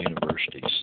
universities